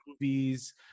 movies